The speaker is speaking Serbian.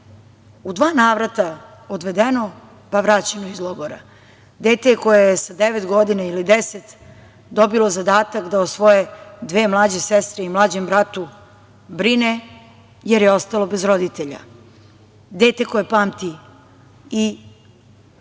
u dva navrata odvedeno, pa vraćeno iz logora. Dete koje je sa devet godina ili deset dobilo zadatak da o svoje dve mlađe sestre i mlađem bratu brine, jer je ostalo bez roditelja. Dete koje pamti i